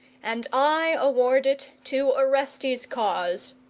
and i award it to orestes' cause.